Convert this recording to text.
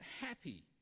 happy